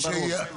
אם ברור,